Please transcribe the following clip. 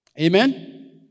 Amen